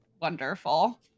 wonderful